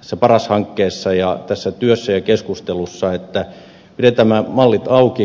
tässä paras hankkeessa ja tässä työssä ja keskustelussa että pidetään nämä mallit auki